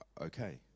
Okay